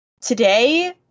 today